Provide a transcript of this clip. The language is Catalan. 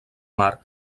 mar